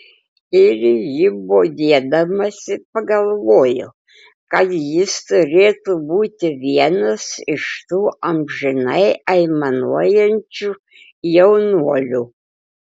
ir ji bodėdamasi pagalvojo kad jis turėtų būti vienas iš tų amžinai aimanuojančių jaunuolių